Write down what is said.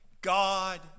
God